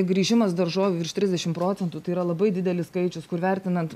grįžimas daržovių virš trisdešimt procentų tai yra labai didelis skaičius kur vertinant